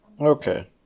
okay